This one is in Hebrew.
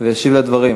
אורי מקלב,